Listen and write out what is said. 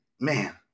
man